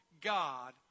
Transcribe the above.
God